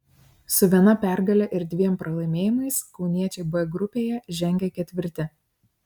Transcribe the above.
su viena pergale ir dviem pralaimėjimais kauniečiai b grupėje žengia ketvirti